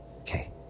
Okay